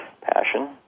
passion